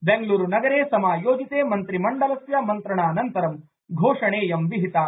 बेंगल्रूनगरे समायोजिते मंत्रिमंडलस्य मन्त्रणानन्तरं घोषणेयं विहिता